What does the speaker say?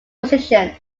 positions